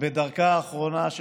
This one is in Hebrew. בדרכה האחרונה של